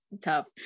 tough